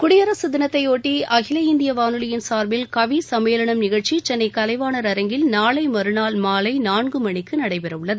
குடியரசு தினத்தையொட்டி அகில இந்திய வானொலியின் சார்பில் கவி சம்மேளனம் நிகழ்ச்சி சென்னை கலைவாணர் அரங்கில் நாளை மறுநாள் மாலை நான்கு மணிக்கு நடைபெறவுள்ளது